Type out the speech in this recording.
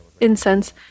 incense